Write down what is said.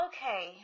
Okay